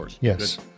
yes